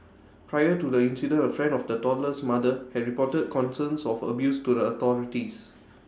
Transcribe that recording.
prior to the incident A friend of the toddler's mother had reported concerns of abuse to the authorities